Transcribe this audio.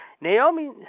Naomi